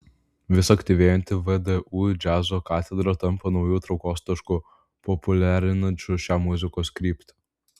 vis aktyvėjanti vdu džiazo katedra tampa nauju traukos tašku populiarinančiu šią muzikos kryptį